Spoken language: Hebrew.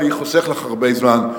אני חוסך לך הרבה זמן,